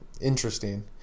interesting